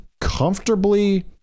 comfortably